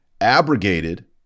abrogated